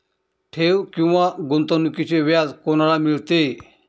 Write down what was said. ठेव किंवा गुंतवणूकीचे व्याज कोणाला मिळते?